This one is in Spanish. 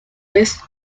vez